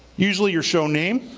usually your show name,